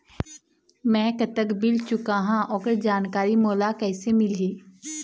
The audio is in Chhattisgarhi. मैं कतक बिल चुकाहां ओकर जानकारी मोला कइसे मिलही?